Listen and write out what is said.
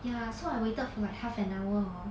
ya so I waited for like half an hour hor